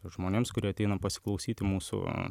žmonėms kurie ateina pasiklausyti mūsų